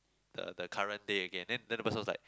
the the current day again then then the person was like